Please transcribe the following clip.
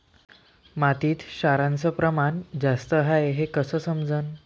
मातीत क्षाराचं प्रमान जास्त हाये हे कस समजन?